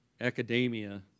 academia